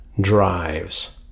drives